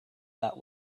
that